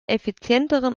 effizienteren